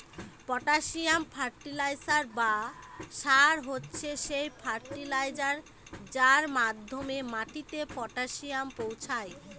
potassium fertiliser বা সার হচ্ছে সেই ফার্টিলাইজার যার মাধ্যমে মাটিতে পটাসিয়াম পৌঁছায়